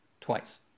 twice